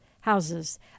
houses